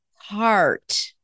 heart